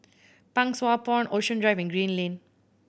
Pang Sua Pond Ocean Drive and Green Lane